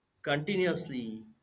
continuously